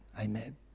Amen